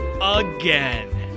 again